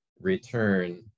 return